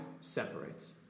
separates